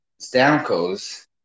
Stamkos